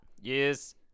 Yes